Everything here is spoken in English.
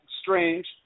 strange